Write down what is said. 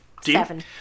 Seven